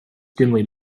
dimly